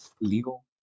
legal